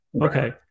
okay